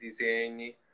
disegni